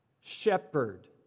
shepherd